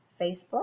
Facebook